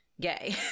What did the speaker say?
gay